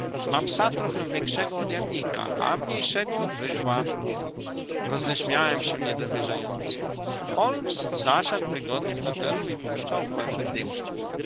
ma psa trochę większego od jamnika a mniejszego od wyżła roześmiałem się niedowierzająco holmes zasiadł wygodnie w fotelu i puszczał kłęby dymu